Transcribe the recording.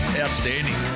outstanding